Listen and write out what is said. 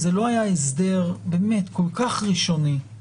אם זה לא היה הסדר כל כך ראשוני,